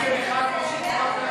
אחרי רויטל סויד,